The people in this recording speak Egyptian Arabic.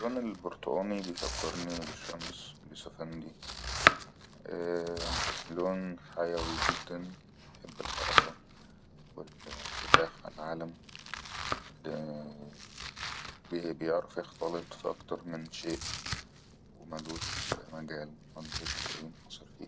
اللون البرتئاني بيفكرني بالمس باليوسفندي لون حيوي جدن يحب الحركه والانفتاح عالعالم بي-بيعرف يختلط فاكتر من شئ وملوش مجال محدد يننحصر فيه